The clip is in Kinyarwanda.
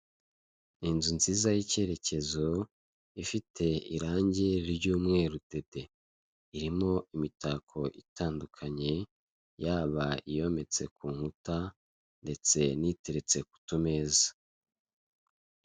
Inzu nziza y'icyerekezo ifite irangi ry'umweru dede irimo imitako itandukanye, yaba iyometse ku nkuta ndetse n'iteretse ku tu meza.